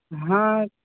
ہاں